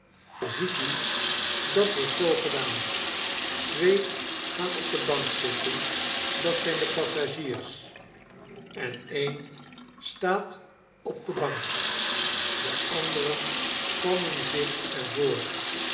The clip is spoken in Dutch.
ziet u dat wordt zoo gedaan twee gaan op een bank zitten dat zijn de passagiers en een staat op den bank de anderen spannen zich